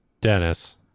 Dennis